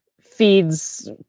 feeds